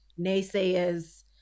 naysayers